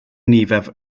nifer